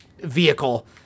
vehicle